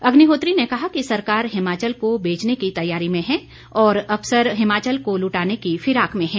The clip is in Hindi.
अग्निहोत्री ने कहा कि सरकार हिमाचल को बेचने की तैयारी में है और असफर हिमाचल को लुटाने की फिराक में हैं